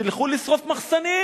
תלכו לשרוף מחסנים,